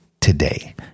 today